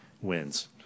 wins